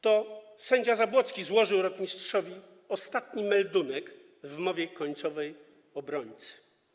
To sędzia Zabłocki złożył rotmistrzowi ostatni meldunek w mowie końcowej obrońcy.